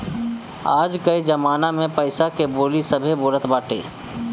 आज कअ जमाना में पईसा के बोली सभे बोलत बाटे